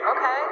Okay